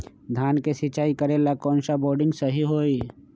धान के सिचाई करे ला कौन सा बोर्डिंग सही होई?